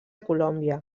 colòmbia